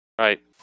Right